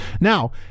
Now